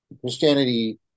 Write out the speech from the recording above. christianity